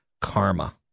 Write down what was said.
karma